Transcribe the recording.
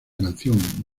canción